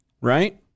right